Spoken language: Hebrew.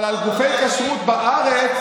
אבל על גופי כשרות בארץ,